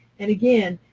and, again,